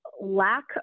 lack